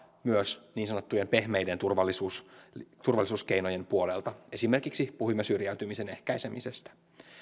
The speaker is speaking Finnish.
myös niin sanottujen pehmeiden turvallisuuskeinojen puolelta esimerkiksi puhuimme syrjäytymisen ehkäisemisestä